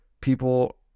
people